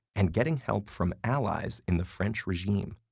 and getting help from allies in the french regime,